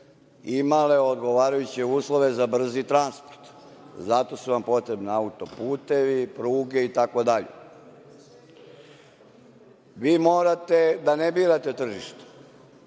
imale odgovarajuće uslove za brzi transport. Zato su vam potrebni auto-putevi, pruge idt. Vi morate da ne birate tržište.